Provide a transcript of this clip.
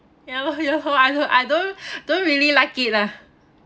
ya lor ya lor I I don't don't really like it ah